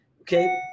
Okay